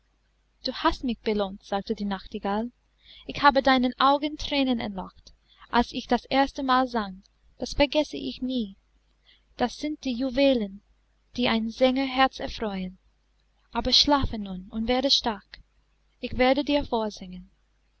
du hast mich belohnt sagte die nachtigall ich habe deinen augen thränen entlockt als ich das erste mal sang das vergesse ich nie das sind die juwelen die ein sängerherz erfreuen aber schlafe nun und werde stark ich werde dir vorsingen